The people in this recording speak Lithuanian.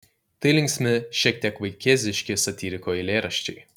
tai linksmi šiek tiek vaikėziški satyriko eilėraščiai